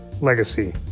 legacy